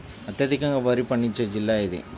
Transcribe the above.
అత్యధికంగా వరి పండించే జిల్లా ఏది?